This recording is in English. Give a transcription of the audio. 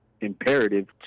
imperative